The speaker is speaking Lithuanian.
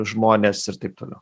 žmonės ir taip toliau